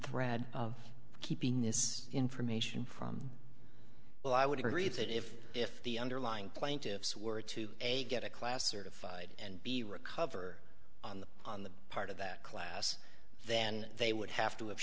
thread keeping this information from well i would agree that if if the underlying plaintiffs were to get a class or to fight and be recover on the on the part of that class then they would have to have